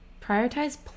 Prioritize